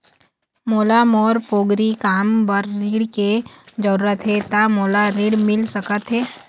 मोला मोर पोगरी काम बर ऋण के जरूरत हे ता मोला ऋण मिल सकत हे?